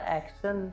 action